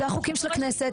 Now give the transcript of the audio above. זה החוקים של הכנסת.